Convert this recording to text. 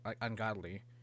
ungodly